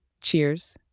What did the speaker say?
Cheers